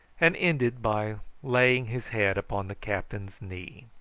and ended by laying his head upon the captain's knee.